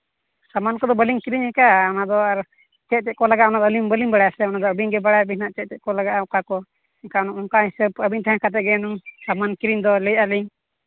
ᱥᱟᱢᱟᱱ ᱠᱚᱫᱚ ᱵᱟᱹᱞᱤᱧ ᱠᱤᱨᱤᱧ ᱠᱟᱜᱼᱟ ᱚᱱᱟᱫᱚ ᱪᱮᱫ ᱪᱮᱫ ᱠᱚ ᱞᱟᱜᱟᱜᱼᱟ ᱚᱱᱟᱠᱚ ᱟᱹᱞᱤᱧ ᱵᱟᱹᱞᱤᱧ ᱵᱟᱲᱟᱭᱟ ᱥᱮ ᱚᱱᱟᱫᱚ ᱟᱹᱵᱤᱱᱜᱮ ᱵᱟᱲᱟᱭ ᱟᱹᱵᱤᱱ ᱥᱮ ᱪᱮᱫ ᱪᱮᱫ ᱠᱚ ᱞᱟᱜᱟᱜᱼᱟ ᱚᱠᱟ ᱠᱚ ᱚᱱᱠᱟ ᱦᱤᱥᱟᱹᱵ ᱟᱹᱵᱤᱱ ᱴᱷᱮᱱ ᱠᱟᱛᱮᱫ ᱜᱮ ᱡᱮᱱᱚ ᱥᱟᱢᱟᱱ ᱠᱤᱨᱤᱧ ᱫᱚ ᱞᱟᱹᱭᱮᱫᱼᱟᱹᱞᱤᱧ